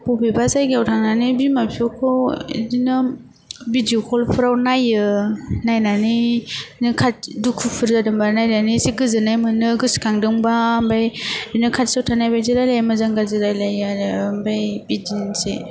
बबेबा जायगायाव थांनानै बिमा फिफाखौ बिदिनो भिडिअ कलफ्राव नायो नायनानै नो खाथि दुखुफोर जादोंबा नायनानै एसे गोजोन्नाय मोनो गोसोखांदोंबा आमफाय बिदिनो खाथियाव थानाय बायदि रायलायो मोजां गाज्रि रायलायो आरो आमफाय बिदिनोसै